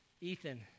Ethan